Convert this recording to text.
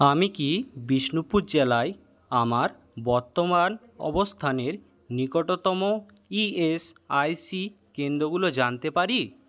আমি কি বিষ্ণুপুর জেলায় আমার বর্তমান অবস্থানের নিকটতম ই এস আই সি কেন্দ্রগুলো জানতে পারি